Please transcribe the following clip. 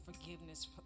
forgiveness